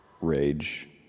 rage